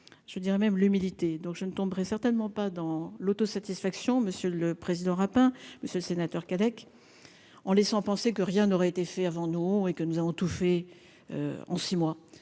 je dirais même l'humidité, donc je ne tomberai certainement pas dans l'autosatisfaction, monsieur le Président, rap, hein, monsieur le sénateur Cadec en laissant penser que rien n'aurait été fait avant nous et que nous avons tout fait en 6 mois,